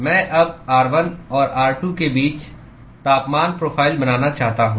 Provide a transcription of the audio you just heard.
मैं अब r1 और r2 के बीच तापमान प्रोफ़ाइल बनाना चाहता हूं